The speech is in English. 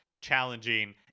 challenging